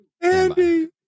Andy